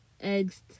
eggs